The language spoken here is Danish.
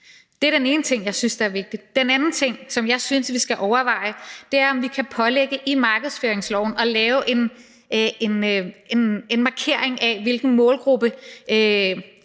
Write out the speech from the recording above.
Det er den ene ting, jeg synes er vigtig. Den anden ting, som jeg synes vi skal overveje, er, om vi kan pålægge i markedsføringsloven at lave en markering af, hvilken målgruppe